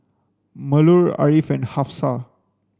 Melur Ariff and Hafsa